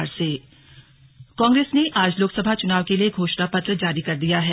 कांग्रेस घोषणा पत्र कांग्रेस ने आज लोकसभा चुनाव के लिए घोषणा पत्र जारी कर दिया है